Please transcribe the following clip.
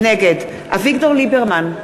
נגד אביגדור ליברמן,